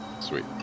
Sweet